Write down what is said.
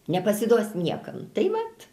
nepasiduos niekam tai vat